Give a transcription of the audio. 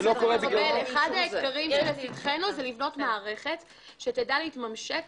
אחד האתגרים זה לבנות מערכת שתדע להתממשק